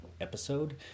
episode